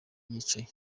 yicaye